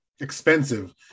expensive